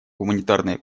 гуманитарной